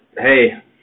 hey